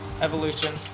evolution